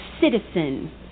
citizen